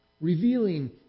revealing